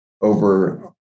over